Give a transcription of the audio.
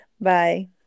Bye